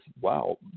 wow